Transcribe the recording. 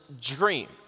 dream